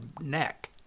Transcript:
neck